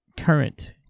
current